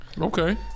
Okay